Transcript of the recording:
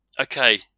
Okay